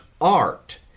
art